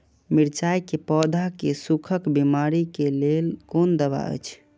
मिरचाई के पौधा के सुखक बिमारी के लेल कोन दवा अछि?